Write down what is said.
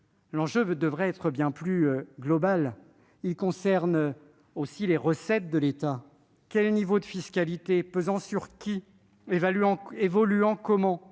l'enjeu devrait être bien plus global ; il concerne aussi les recettes de l'État. Quel niveau de fiscalité ? Pesant sur qui ? Évoluant comment ?